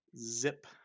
zip